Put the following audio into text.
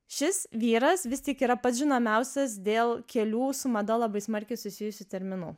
šis vyras vis tik yra pats žinomiausias dėl kelių su mada labai smarkiai susijusių terminų